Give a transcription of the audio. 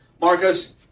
Marcus